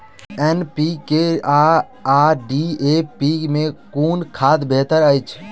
NPK आ DAP मे कुन खाद बेहतर अछि?